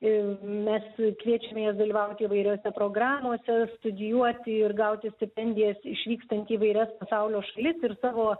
ir mes kviečiame jas dalyvauti įvairiose programose studijuoti ir gauti stipendijas išvykstant į įvairias pasaulio šalis ir savo